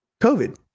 COVID